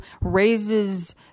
raises